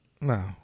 No